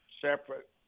separate